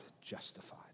justified